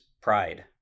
pride